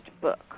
book